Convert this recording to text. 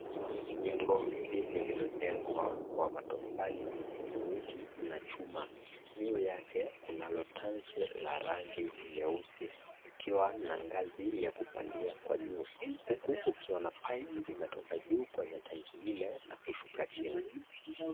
Jengo hili lililojengwa kwa matofali, simiti, na chuma. Juu yake kunalo tank la rangi nyeusi kukiwa na ngazi ya kupandia kwa juu, huku kukiwa na pipe inatoka juu kwenye tenki lile na kushuka chini.